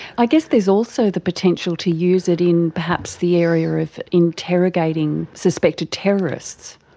i guess there is also the potential to use it in perhaps the area of interrogating suspected terrorists.